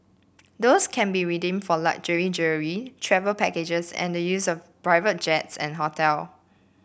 those can be redeemed for luxury jewellery travel packages and the use of private jets and hotel